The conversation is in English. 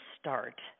start